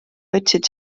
võtsid